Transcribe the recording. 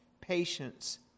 patience